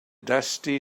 dusty